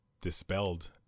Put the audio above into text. dispelled